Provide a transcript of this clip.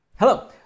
Hello